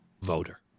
voter